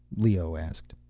leoh asked.